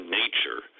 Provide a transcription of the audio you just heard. nature